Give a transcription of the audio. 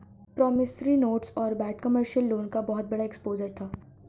promissory notes और bad commercial loan का बहुत बड़ा एक्सपोजर था